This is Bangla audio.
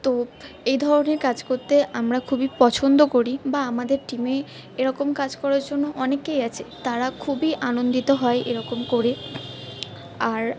তো এ ধরনের কাজ করতে আমরা খুবই পছন্দ করি বা আমাদের টিমে এরকম কাজ করার জন্য অনেকেই আছে তারা খুবই আনন্দিত হয় এরকম করে আর